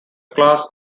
class